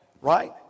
right